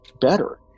better